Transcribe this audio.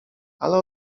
ale